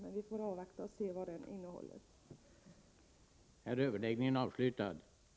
Vi får alltså avvakta och se vad propositionen kommer att innehålla.